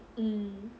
mm